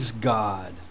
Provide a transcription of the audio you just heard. God